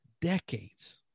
decades